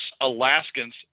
alaskans